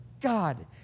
God